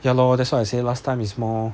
ya lor that's why I say last time is more